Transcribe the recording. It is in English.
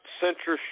censorship